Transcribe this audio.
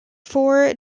four